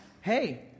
hey